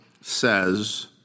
says